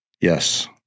Yes